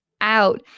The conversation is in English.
out